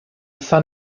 sun